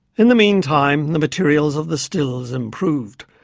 in the meantime, the materials of the stills improved.